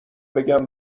بگم